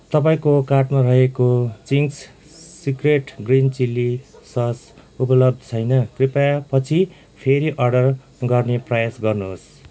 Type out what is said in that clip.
तपाईँको कार्टमा रहेको Ching's secret green chilli sauce उपलब्ध छैन कृपया पछि फेरि अर्डर गर्ने प्रयास गर्नुहोस्